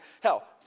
hell